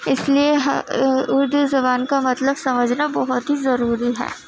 اس لیے اردو زبان کا مطلب سمجھنا بہت ہی ضروری ہے